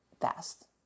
fast